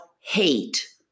hate